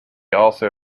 also